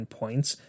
points